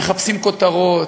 מחפשים כותרות.